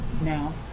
now